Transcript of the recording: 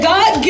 God